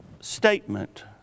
statement